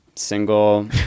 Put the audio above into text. single